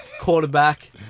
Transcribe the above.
quarterback